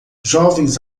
jovens